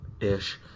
ish